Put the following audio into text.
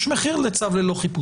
יש מחיר לחיפוש ללא צו.